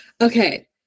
Okay